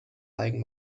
eigen